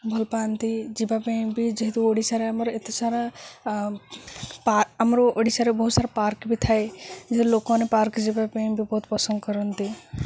ଭଲ ପାଆନ୍ତି ଯିବା ପାଇଁ ବି ଯେହେତୁ ଓଡ଼ିଶାରେ ଆମର ଏତେ ସାରା ପାର୍କ୍ ଆମର ଓଡ଼ିଶାରେ ବହୁତ ସାରା ପାର୍କ୍ ବି ଥାଏ ଯେହେତୁ ଲୋକମାନେ ପାର୍କ୍ ଯିବା ପାଇଁ ବି ବହୁତ ପସନ୍ଦ କରନ୍ତି